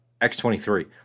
x23